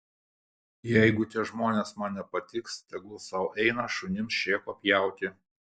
jeigu tie žmonės man nepatiks tegul sau eina šunims šėko pjauti